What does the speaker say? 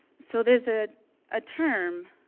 so there's a ah term,